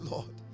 Lord